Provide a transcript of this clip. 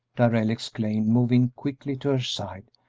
darrell exclaimed, moving quickly to her side.